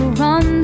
run